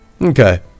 okay